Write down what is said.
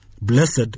Blessed